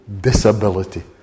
disability